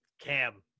Cam